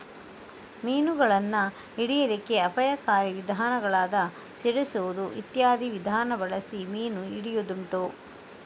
ಮೀನುಗಳನ್ನ ಹಿಡೀಲಿಕ್ಕೆ ಅಪಾಯಕಾರಿ ವಿಧಾನಗಳಾದ ಸಿಡಿಸುದು ಇತ್ಯಾದಿ ವಿಧಾನ ಬಳಸಿ ಮೀನು ಹಿಡಿಯುದುಂಟು